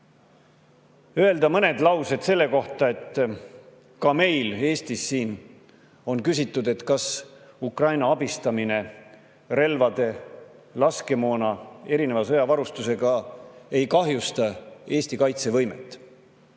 öelda mõned laused selle kohta, et meil Eestis on küsitud, kas Ukraina abistamine relvade, laskemoona, erineva sõjavarustusega ei kahjusta Eesti kaitsevõimet.